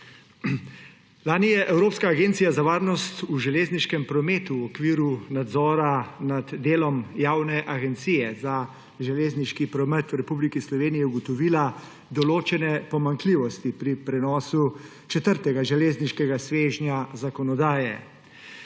Lani je evropska agencija za varnost v železniškem prometu v okviru nadzora nad delom Javne agencije za železniški promet Republike Slovenije ugotovila določene pomanjkljivosti pri prenosu četrtega železniškega svežnja zakonodaje.